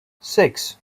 six